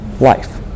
life